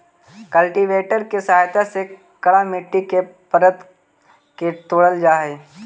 cultivator के सहायता से कड़ा मट्टी के परत के तोड़ल जा हई